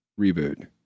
reboot